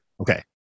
Okay